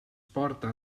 porta